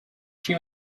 she